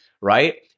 right